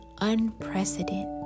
unprecedented